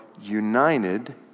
united